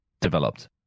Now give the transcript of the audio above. developed